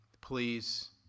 Please